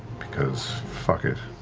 because fuck it.